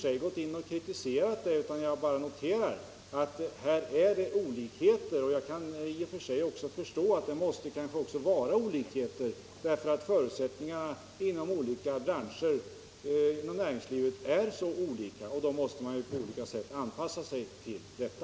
I och för sig kan jag också förstå att det kanske också måste vara olikheter, eftersom förutsättningarna inom olika branscher i näringslivet är så olika. Då måste man på olika sätt anpassa sig till dessa.